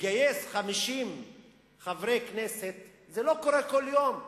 לגייס 50 חברי כנסת, זה לא קורה כל יום.